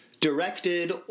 directed